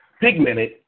pigmented